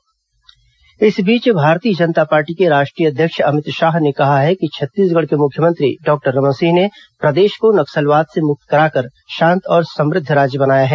अमित शाह भिलाई इस बीच भारतीय जनता पार्टी के राष्ट्रीय अध्यक्ष अमित शाह ने कहा है कि छत्तीसगढ़ के मुख्यमंत्री डॉक्टर रमन सिंह ने प्रदेश को नक्सलवाद से मुक्त कराकर शांत और समुद्ध राज्य बनाया है